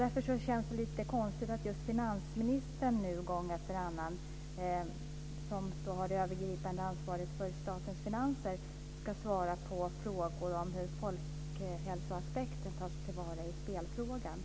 Det känns därför lite konstigt att just finansministern, som ska ha det övergripande ansvaret för statens finanser, nu gång efter annan ska svara på frågor om hur folkhälsoaspekter tas till vara i spelfrågan.